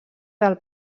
del